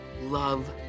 love